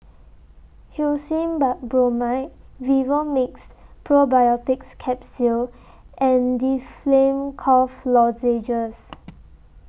Hyoscine Butylbromide Vivomixx Probiotics Capsule and Difflam Cough Lozenges